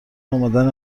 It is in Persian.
امدن